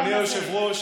אדוני היושב-ראש,